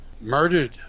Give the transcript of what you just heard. murdered